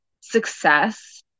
success